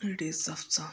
अहिड़े हिसाब सां